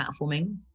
platforming